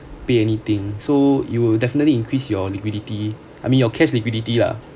pay anything so you will definitely increase your liquidity I mean your cash liquidity lah